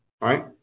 right